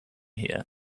here